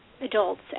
adults